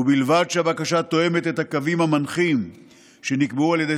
ובלבד שהבקשה תואמת את הקווים המנחים שנקבעו על ידי